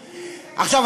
עכשיו,